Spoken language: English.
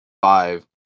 five